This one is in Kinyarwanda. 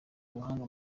ubuhanga